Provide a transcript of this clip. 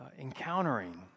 encountering